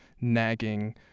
nagging